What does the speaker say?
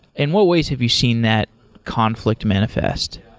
in what ways have you seen that conflict manifest?